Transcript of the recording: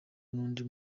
undi